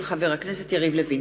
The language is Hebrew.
של חבר הכנסת יריב לוין.